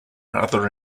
other